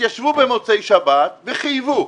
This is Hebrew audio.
התיישבו במוצאי שבת וחייבו,